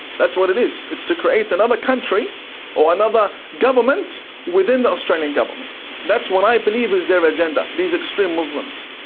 that's what it is, it's to create another country or another government within the australian government. that's what i believe is their agenda, these extreme muslims.